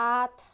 আঠ